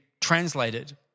translated